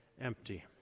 empty